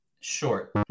short